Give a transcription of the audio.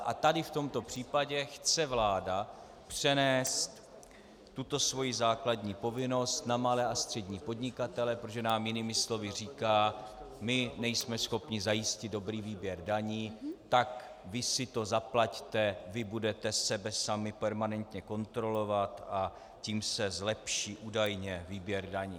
A tady v tomto případě chce vláda přenést tuto svoji základní povinnost na malé a střední podnikatele, protože nám jinými slovy říká: My nejsme schopni zajistit dobrý výběr daní, tak vy si to zaplaťte, vy budete sebe sami permanentně kontrolovat, a tím se zlepší údajně výběr daní.